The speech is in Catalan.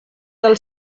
del